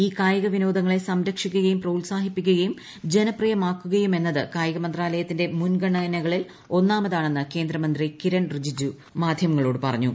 ഈ കായിക വിനോദങ്ങളെ സംരക്ഷിക്കുകയും പ്രോത്സാഹിപ്പി ക്കുകയും ജനപ്രിയമാക്കുകയുമെന്നത് കായിക മന്ത്രാലയത്തിന്റെ മുൻഗണനകളിൽ ഒന്നാമതാണെന്ന് കേന്ദ്രമന്ത്രി കിരൺ റിജിജു തീരുമാനം വിശദീകരിച്ചുകൊണ്ട് മാധ്യമങ്ങളോട് പറഞ്ഞു